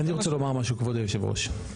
אני רוצה לומר משהו, כבוד היושב ראש.